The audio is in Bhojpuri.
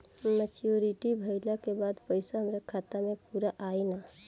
मच्योरिटी भईला के बाद पईसा हमरे खाता म पूरा आई न?